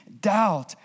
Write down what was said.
doubt